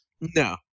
No